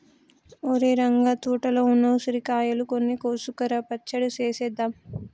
ఒరేయ్ రంగ తోటలో ఉన్న ఉసిరికాయలు అన్ని కోసుకురా పచ్చడి సేసేద్దాం